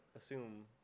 assume